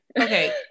okay